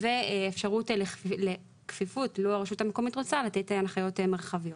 ואפשרות לכפיפות לו הרשות המקומית רוצה היא תיתן הנחיות מרחביות.